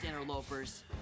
interlopers